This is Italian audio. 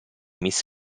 miss